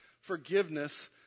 forgiveness